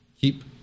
Keep